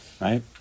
right